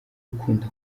urukundo